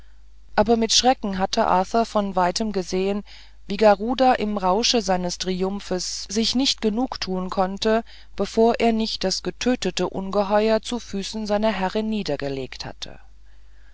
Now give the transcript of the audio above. aber mit schrecken hatte arthur von weitem gesehen wie garuda im rausche seines triumphes sich nicht genug tun konnte bevor er nicht das getötete ungeheuer zu füßen seiner herrin niedergelegt hatte